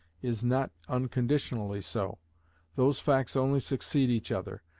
is not unconditionally so those facts only succeed each other,